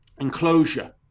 enclosure